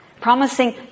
Promising